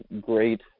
great